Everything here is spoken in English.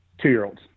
two-year-olds